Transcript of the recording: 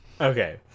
okay